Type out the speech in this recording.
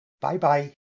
Bye-bye